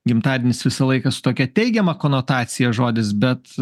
gimtadienis visą laiką su tokia teigiama konotacija žodis bet